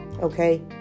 Okay